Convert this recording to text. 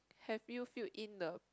have you filled in the